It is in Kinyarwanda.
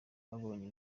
babonye